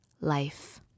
life